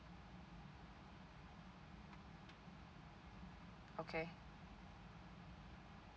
okay